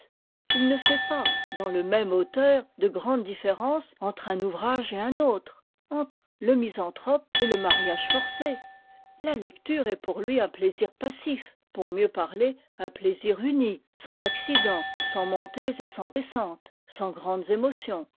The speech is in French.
il ne fait pas dans le même auteur de grandes différences entre un ouvrage et un autre entre le misanthrope et le mariage forcé la lecture est pour lui un plaisir passif pour mieux parler un plaisir uni sans accidents sans montées et sans descentes sans grandes émotions